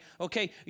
okay